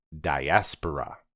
Diaspora